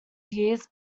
years